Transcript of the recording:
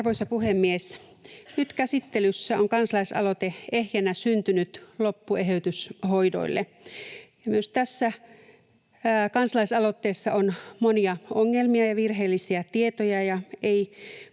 Arvoisa puhemies! Nyt käsittelyssä on kansalaisaloite Ehjänä syntynyt — loppu ”eheytyshoidoille”. Myös tässä kansalaisaloitteessa on monia ongelmia ja virheellisiä tietoja,